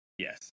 Yes